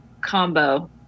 combo